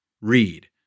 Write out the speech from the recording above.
read